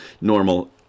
normal